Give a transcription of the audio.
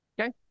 Okay